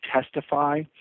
testify